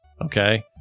Okay